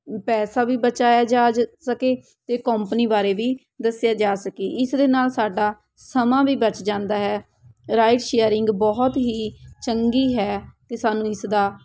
ਪੈਸਾ ਵੀ ਬਚਾਇਆ ਜਾ ਜ ਸਕੇ ਅਤੇ ਕੰਪਨੀ ਬਾਰੇ ਵੀ ਦੱਸਿਆ ਜਾ ਸਕੇ ਇਸ ਦੇ ਨਾਲ ਸਾਡਾ ਸਮਾਂ ਵੀ ਬਚ ਜਾਂਦਾ ਹੈ ਰਾਈਡ ਸ਼ੇਅਰਿੰਗ ਬਹੁਤ ਹੀ ਚੰਗੀ ਹੈ ਅਤੇ ਸਾਨੂੰ ਇਸਦਾ